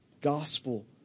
gospel